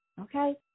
Okay